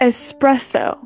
Espresso